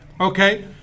Okay